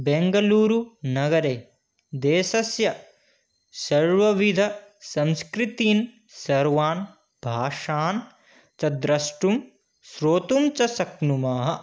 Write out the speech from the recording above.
बेङ्गलूरु नगरे देशस्य सर्वविधसंस्कृतीः सर्वाः भाषाः च द्रष्टुं श्रोतुञ्च शक्नुमः